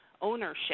ownership